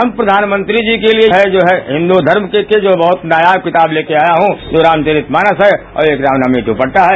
हम प्रघानमंत्री जी के लिए जो हैं हिंदू धर्मे के लिए जो है बहुत ही नायाब किताब लेंकर आया हूं जो रामचरित मानस है और एक राम नवमी जो दुपद्वा है